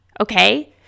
Okay